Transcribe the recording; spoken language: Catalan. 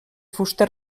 fusta